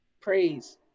Praise